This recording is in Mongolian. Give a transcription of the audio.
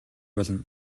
болно